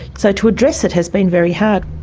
so to address it has been very hard.